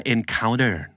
Encounter